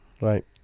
Right